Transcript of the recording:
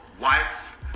wife